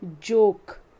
joke